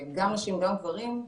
גם נשים וגם גברים,